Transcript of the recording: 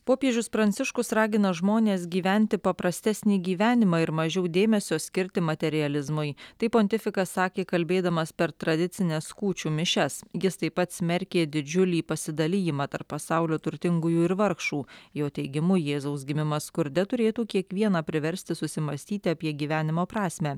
popiežius pranciškus ragina žmones gyventi paprastesnį gyvenimą ir mažiau dėmesio skirti materializmui tai pontifikas sakė kalbėdamas per tradicines kūčių mišias jis taip pat smerkė didžiulį pasidalijimą tarp pasaulio turtingųjų ir vargšų jo teigimu jėzaus gimimas skurde turėtų kiekvieną priversti susimąstyti apie gyvenimo prasmę